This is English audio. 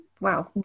Wow